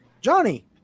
johnny